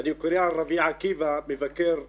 אני קורא על רבי עקיבא מבקר כיתה,